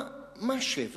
מה שבעה?